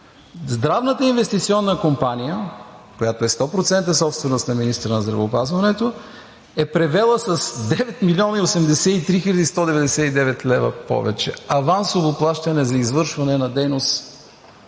Здравната инвестиционна компания, която е 100% собственост на министъра на здравеопазването, е превела с 9 млн. 83 хил. 199 лв. повече авансово плащане за извършване на дейност